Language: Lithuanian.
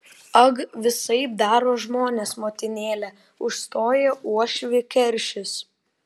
ag visaip daro žmonės motinėle užstojo uošvį keršis